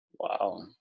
Wow